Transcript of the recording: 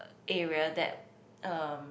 area that um